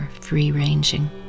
free-ranging